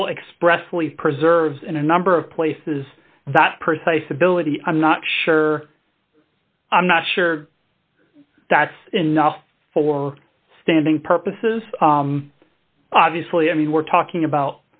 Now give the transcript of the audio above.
rule expressly preserves in a number of places that precise ability i'm not sure i'm not sure that's enough for standing purposes obviously i mean we're talking about